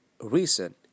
reason